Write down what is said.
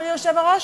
חברי היושב-ראש?